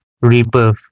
rebirth